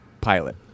pilot